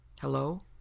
Hello